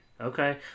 Okay